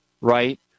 right